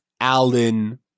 Alan